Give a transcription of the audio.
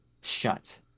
shut